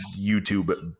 YouTube